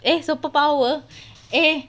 eh superpower eh